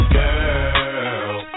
girl